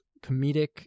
comedic